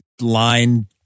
line